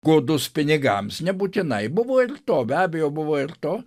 godus pinigams nebūtinai buvo ir to be abejo buvo ir to